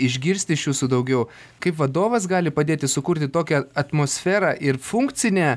išgirsti iš jūsų daugiau kaip vadovas gali padėti sukurti tokią atmosferą ir funkcinę